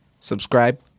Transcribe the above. Subscribe